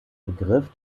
begriff